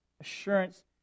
assurance